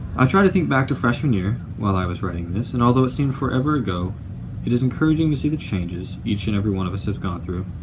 i tried to think back to freshman year while i was writing this, and although it seemed forever ago it is encouraging to see the changes each and every one of us have gone through,